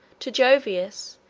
to jovius,